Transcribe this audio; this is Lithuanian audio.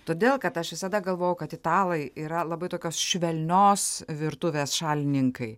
todėl kad aš visada galvojau kad italai yra labai tokios švelnios virtuvės šalininkai